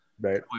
right